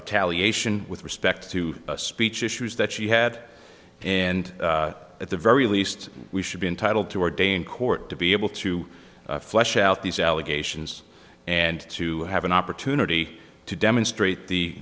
retaliation with respect to speech issues that she had and at the very least we should be entitled to our day in court to be able to flush out these allegations and to have an opportunity to demonstrate the